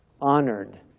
honored